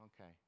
okay